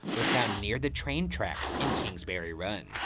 was found near the train tracks in kingsbury run,